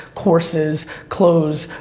courses, clothes,